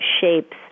shapes